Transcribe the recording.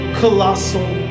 colossal